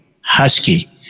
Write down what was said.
husky